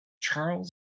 charles